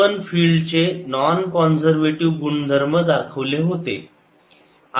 आपण फिल्ड चे non conservative गुणधर्म दाखवले होते